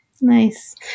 Nice